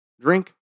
drink